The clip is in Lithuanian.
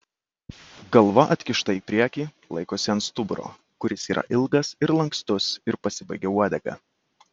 galva atkišta į priekį laikosi ant stuburo kuris yra ilgas ir lankstus ir pasibaigia uodega